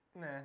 Nah